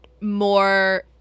more